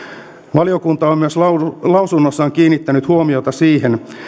valiokunta on lausunnossaan kiinnittänyt huomiota myös siihen